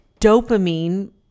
dopamine